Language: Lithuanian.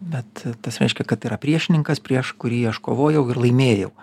bet tas reiškia kad yra priešininkas prieš kurį aš kovojau ir laimėjau